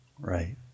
Right